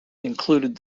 included